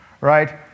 Right